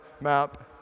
map